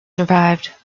survived